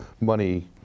money